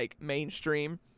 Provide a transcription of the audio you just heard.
mainstream